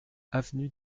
avenue